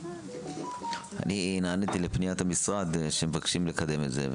אני נעניתי לפניית המשרד שמבקש לקדם את זה,